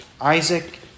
Isaac